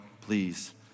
please